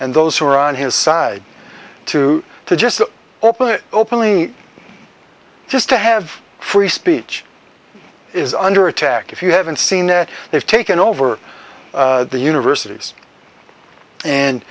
and those who are on his side to to just open it openly just to have free speech is under attack if you haven't seen that they've taken over the universities and